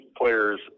players